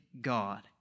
God